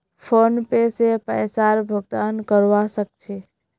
PhonePe से पैसार भुगतान करवा सकछी